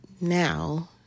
now